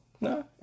No